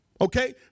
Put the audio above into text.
Okay